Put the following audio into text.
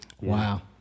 wow